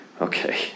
okay